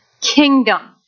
kingdom